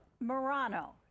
Murano